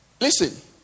Listen